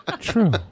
True